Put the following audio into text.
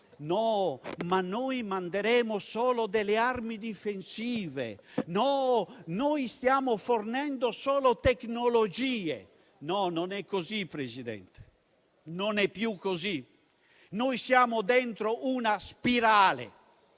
avremmo mandato solo delle armi difensive, che noi stavamo fornendo solo tecnologie. Non è così, signor Presidente, non è più così. Noi siamo dentro una spirale